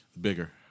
Bigger